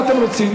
מה אתם רוצים?